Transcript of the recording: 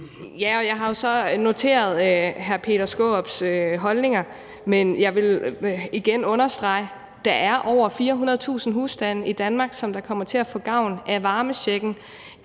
Jeg har så noteret mig hr. Peter Skaarups holdning, men jeg vil igen understrege, at der er over 400.000 husstande i Danmark, som kommer til at få gavn af varmechecken.